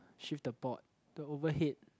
shift the board the overhead